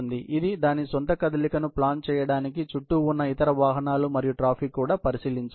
కాబట్టి ఇది దాని స్వంత కదలికను ప్లాన్ చేయడానికి చుట్టూ ఉన్న ఇతర వాహనాలు మరియు ట్రాఫిక్ కూడా పరిశీలించాలి